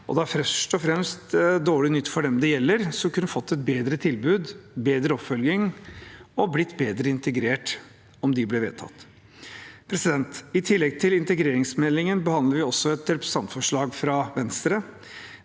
er først og fremst dårlig nytt for dem det gjelder, som kunne fått et bedre tilbud, bedre oppfølging og blitt bedre integrert dersom forslagene ble vedtatt. I tillegg til integreringsmeldingen behandler vi også et representantforslag fra Venstre.